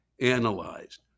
analyzed